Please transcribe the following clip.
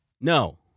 No